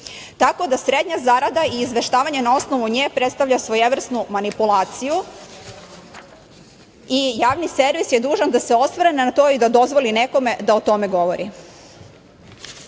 Tako da, srednja zarada i izveštavanje na osnovu nje predstavlja svojevrsnu manipulaciju i Javni servis je dužan da se osvrne na to i da dozvoli nekome da o tome govori. Još